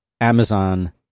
Amazon